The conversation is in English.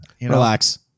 relax